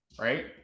right